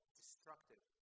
destructive